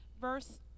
verse